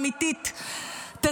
כשקופת השרצים האמיתית תצא,